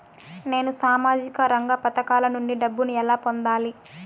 నేను సామాజిక రంగ పథకాల నుండి డబ్బుని ఎలా పొందాలి?